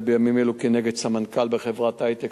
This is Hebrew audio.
בימים אלו כנגד סמנכ"ל בחברת היי-טק,